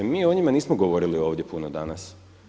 Mi o njima nismo govorili ovdje puno danas.